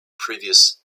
previous